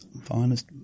finest